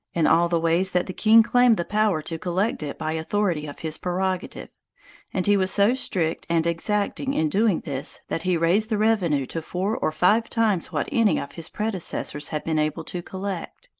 in all the ways that the king claimed the power to collect it by authority of his prerogative and he was so strict and exacting in doing this, that he raised the revenue to four or five times what any of his predecessors had been able to collect.